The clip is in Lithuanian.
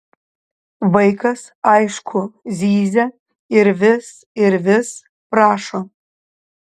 vaikas aišku zyzia ir vis ir vis prašo